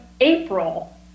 April